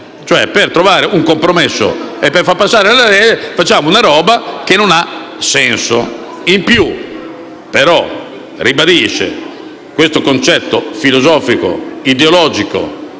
per trovare un compromesso e far passare la legge, facciamo una roba che non ha senso. Inoltre, si ribadisce il concetto filosofico ideologico